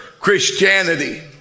Christianity